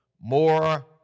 more